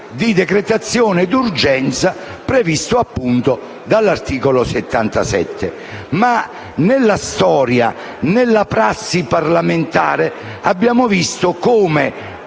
di decretazione d'urgenza previsto appunto dall'articolo 77. Ma nella storia e nella prassi parlamentare abbiamo visto come